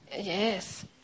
Yes